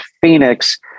phoenix